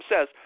says